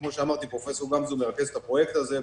כמו שאמרתי, פרופ' גמזו מרכז את הפרויקט הזה.